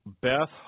Beth